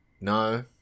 No